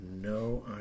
no